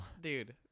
Dude